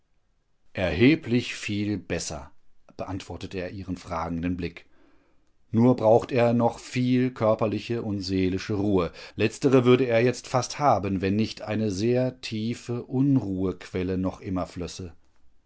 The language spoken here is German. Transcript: erheblich viel besser beantwortet er ihren fragenden blick nur braucht er noch viel körperliche und seelische ruhe letztere würde er jetzt fast haben wenn nicht eine sehr tiefe unruhequelle noch immer flösse